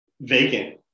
vacant